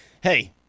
hey